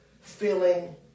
feeling